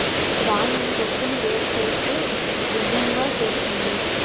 ధాన్యం తొక్కును వేరు చేస్తూ బియ్యం గా చేస్తుంది